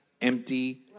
empty